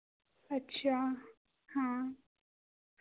अच्छा हाँ